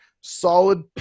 solid